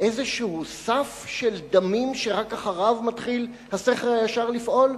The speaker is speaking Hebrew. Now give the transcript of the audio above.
איזשהו סף של דמים שרק אחריו מתחיל השכל הישר לפעול,